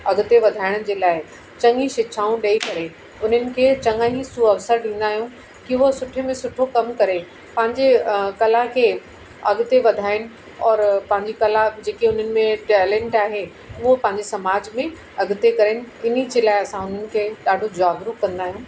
अॻिते वधाइण जे लाइ चङी शिक्षाऊं ॾेई करे उन्हनि खे चङा ई सू अवसर ॾींदा आहियूं की उहे सुठे में सुठो कमु करे पंहिंजे कला खे अॻिते वधाइनि और पंहिंजी कला जेके उन्हनि में टैलेंट आहे उहो पंहिंजे समाज में अॻिते करनि इन जे लाइ असां उन्हनि खे ॾाढो जागरूक कंदा आहियूं